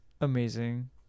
amazing